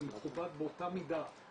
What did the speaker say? זה מכובד באותה מידה,